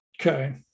Okay